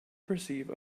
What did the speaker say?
perceive